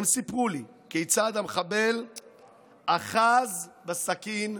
הם סיפרו לי כיצד המחבל אחז בסכין,